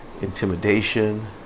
intimidation